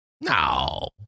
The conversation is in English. No